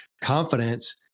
Confidence